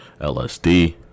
LSD